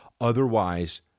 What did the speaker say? otherwise